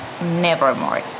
nevermore